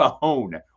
phone